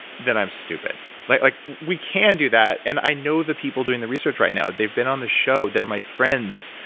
then i'm stupid. like like we can do that, and i know the people doing the research right now. they've been on the show, they're my friends.